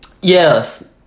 yes